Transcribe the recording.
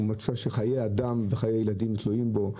שחיי אדם וחיי ילדים תלויים בו.